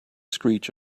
screech